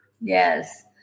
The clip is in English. Yes